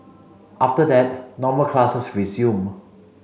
after that normal classes resumed